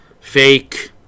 Fake